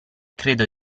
credo